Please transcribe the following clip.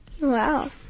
Wow